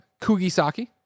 Kugisaki